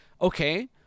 okay